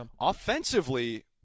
Offensively